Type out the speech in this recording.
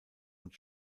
und